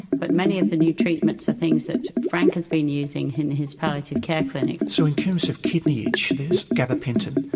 but many of the new treatments are things that frank has been using in his palliative care clinic. so in terms of kidney itch there's gabapentin.